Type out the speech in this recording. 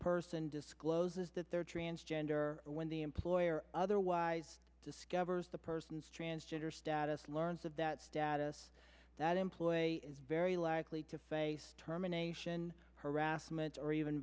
person discloses that they are transgender when the employer otherwise discovers the person's transgender status learns of that status that employee is very likely to face terminations harassment or even